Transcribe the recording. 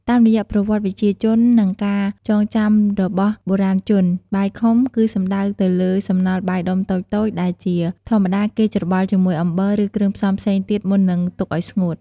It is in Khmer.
តាមរយៈប្រវត្តិវិជ្ជាជន និងការចងចាំរបស់បុរាណជន បាយខុំ គឺសំដៅទៅលើ សំណល់បាយដុំតូចៗ ដែលជាធម្មតាគេច្របល់ជាមួយអំបិល ឬគ្រឿងផ្សំផ្សេងទៀត មុននឹងទុកឲ្យស្ងួត។